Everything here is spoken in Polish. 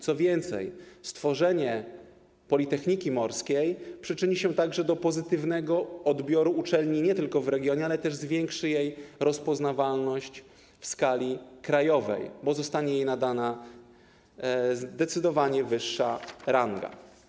Co więcej, stworzenie Politechniki Morskiej przyczyni się także do pozytywnego odbioru uczelni nie tylko w regionie, ale też zwiększy jej rozpoznawalność w skali krajowej, bo zostanie jej nadana zdecydowanie wyższa ranga.